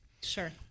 Sure